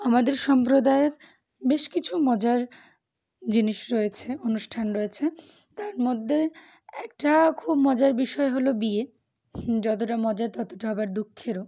আমাদের সম্প্রদায়ের বেশ কিছু মজার জিনিস রয়েছে অনুষ্ঠান রয়েছে তার মধ্যে একটা খুব মজার বিষয় হলো বিয়ে যতটা মজার ততটা আবার দুঃখেরও